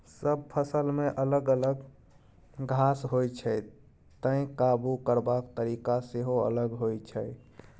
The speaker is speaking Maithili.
सब फसलमे अलग अलग घास होइ छै तैं काबु करबाक तरीका सेहो अलग होइ छै